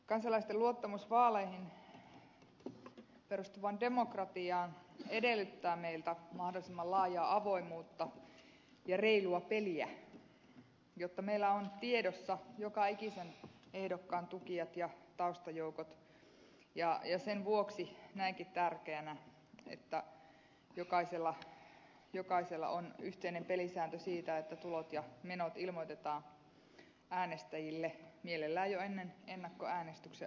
kansalaisten luottamus vaaleihin perustuvaan demokratiaan edellyttää meiltä mahdollisimman laajaa avoimuutta ja reilua peliä jotta meillä on tiedossa joka ikisen ehdokkaan tukijat ja taustajoukot ja sen vuoksi näenkin tärkeänä että jokaisella on yhteinen pelisääntö siitä että tulot ja menot ilmoitetaan äänestäjille mielellään jo ennen ennakkoäänestyksen alkamista